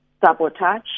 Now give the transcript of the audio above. sabotage